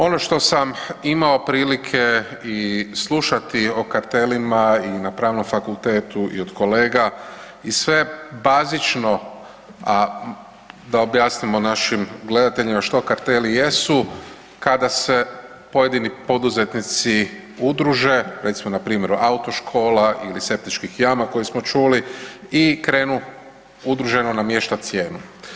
Ono što sam imao prilike slušati o kartelima i na Pravnom fakultetu i od kolega i sve bazično, a da objasnimo našim gledateljima što karteli jesu kada se pojedini poduzetnici udruže recimo npr. autoškola ili septičkih jama koje smo čuli i krenu udruženo namještati cijenu.